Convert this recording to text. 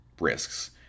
risks